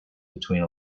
between